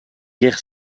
guerres